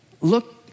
look